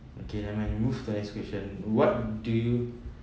okay never mind move to the next question what do you